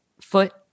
foot